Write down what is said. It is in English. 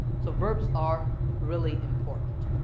so verbs are really important.